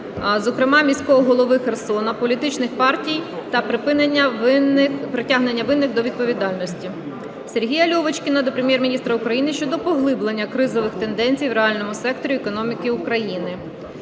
зокрема, міського голови Херсона, політичних партій та притягнення винних до відповідальності. Сергія Льовочкіна до Прем'єр-міністра України щодо поглиблення кризових тенденцій в реальному секторі економіки України.